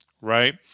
right